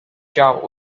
job